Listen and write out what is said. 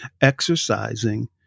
exercising